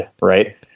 Right